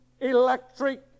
electric